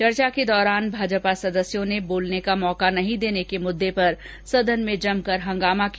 चर्चा के दौरान भाजपा सदस्यों ने बोलने का मौका नहीं देने के मुददे पर सदन में जमकर हंगामा किया